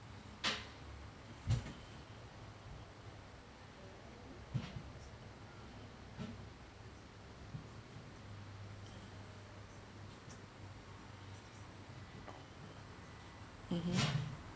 mmhmm